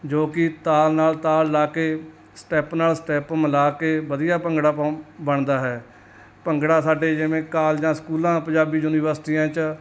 ਜੋ ਕਿ ਤਾਲ ਨਾਲ ਤਾਲ ਲਾ ਕੇ ਸਟੈਪ ਨਾਲ ਸਟੈਪ ਮਿਲਾ ਕੇ ਵਧੀਆ ਭੰਗੜਾ ਪੋ ਬਣਦਾ ਹੈ ਭੰਗੜਾ ਸਾਡੇ ਜਿਵੇਂ ਕਾਲਜਾਂ ਸਕੂਲਾਂ ਪੰਜਾਬੀ ਯੂਨੀਵਰਸਿਟੀਆਂ 'ਚ